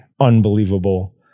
unbelievable